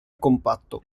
compatto